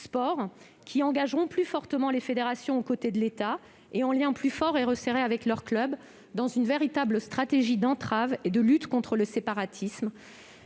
engageront plus fortement les fédérations aux côtés de l'État, dans un lien plus fort avec les clubs, dans le cadre d'une véritable stratégie d'entrave et de lutte contre le séparatisme.